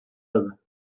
other